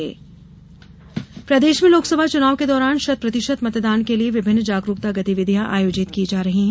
जागरूकता प्रदेश में लोकसभा चुनाव के दौरान शत प्रतिशत मतदान के लिए विभिन्न जागरूकता गतिविधियां आयोजित की जा रही हैं